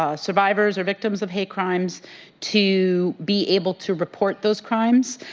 ah survivors or victims of hate crimes to be able to report those crimes.